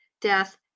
death